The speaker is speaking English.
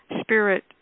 spirit